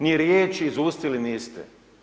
Nije riječi izustili niste.